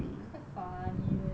quite funny leh